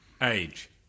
Age